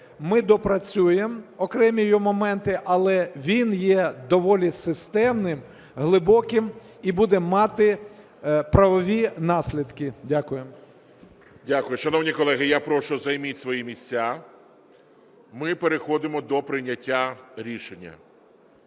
ми доопрацюємо окремі його моменти, але він є доволі системним, глибоким і буде мати правові наслідки. Дякую. ГОЛОВУЮЧИЙ. Дякую. Шановні колеги, я прошу займіть свої місця, ми переходимо до прийняття рішення.